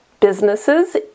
Businesses